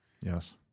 Yes